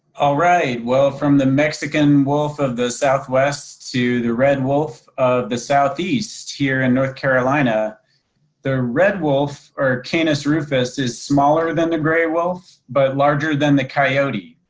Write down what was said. all right, well, from the mexican wolf of the southwest to the red wolf of the southeast, here in north carolina the red wolf or canis rufus is smaller than the gray wolf but larger than the coyote.